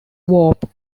warp